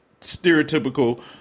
stereotypical